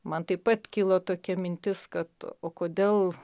man taip pat kilo tokia mintis kad o kodėl